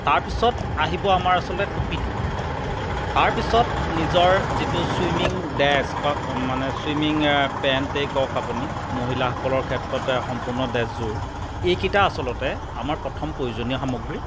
তাৰ পিছত আহিব আমাৰ আচলতে টুপিতো তাৰ পিছত নিজৰ যিটো চুইমিং ড্ৰেছ মানে চুইমিং পেণ্টেই কওক আপুনি মহিলাসকলৰ ক্ষেত্ৰতে সম্পূৰ্ণ ড্ৰেছযোৰ এইকেইটা আচলতে আমাৰ প্ৰথম প্ৰয়োজনীয় সামগ্ৰী